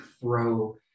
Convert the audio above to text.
Throw